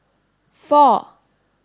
four